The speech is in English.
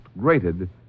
grated